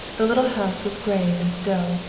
the little house was grave and still,